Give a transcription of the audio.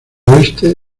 oeste